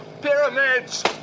Pyramids